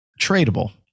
tradable